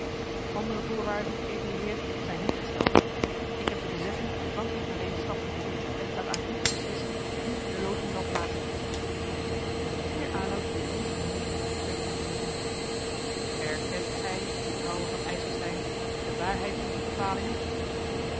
andere voorwaarden edele heer zijn niet gesteld ik heb de bezetting gevankelijk naar deze stad gevoerd en het staat aan u te beslissen hoe de loting zal plaats hebben heer aloud richtte nu het woord tot bertha en vroeg erkent gij vrouwe van ijselstein de waarheid van die bepalingen